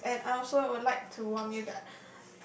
yes and I also would like to warn you that